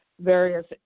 various